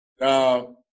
Now